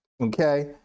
okay